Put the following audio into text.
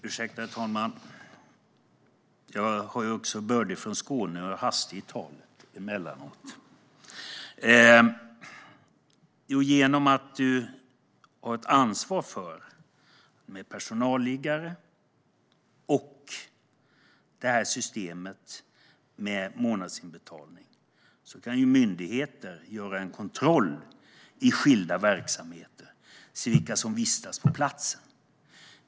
Herr talman! Ursäkta att jag började svara alltför snabbt! Jag är ju också bördig från Skåne och hastig i talet emellanåt. Svaret på frågan är: Genom att det finns ett ansvar för personalliggare och genom systemet med månadsinbetalningar kan myndigheter göra en kontroll i skilda verksamheter för att se vilka som vistats på platsen.